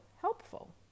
helpful